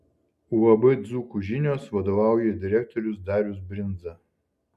uab dzūkų žinios vadovauja direktorius darius brindza